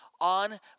on